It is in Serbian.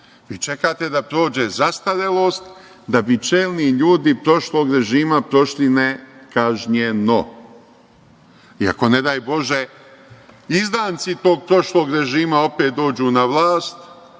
Vi čekate da prođe zastarelost da bi čelni ljudi prošlog režima prošli nekažnjeno. Ako ne daj Bože izdanci tog prošlog režima opet dođu na vlast,